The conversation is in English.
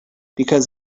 because